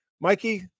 mikey